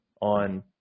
on –